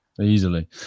Easily